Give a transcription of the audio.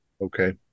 Okay